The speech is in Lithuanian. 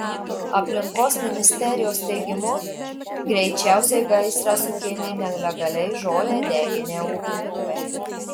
aplinkos ministerijos teigimu greičiausiai gaisrą sukėlė nelegaliai žolę deginę ūkininkai